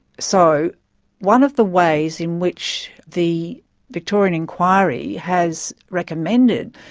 so one of the ways in which the victorian inquiry has recommended